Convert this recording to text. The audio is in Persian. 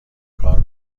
کار